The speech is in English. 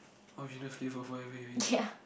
original flavor of whatever you're eating